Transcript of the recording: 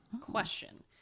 Question